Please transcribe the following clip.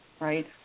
right